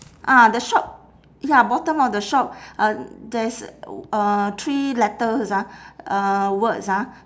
ah the shop ya bottom of the shop uh there is uh three letters ah uh words ah